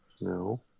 No